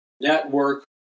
network